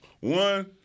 One